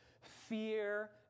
fear